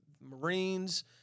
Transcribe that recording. Marines